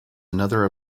another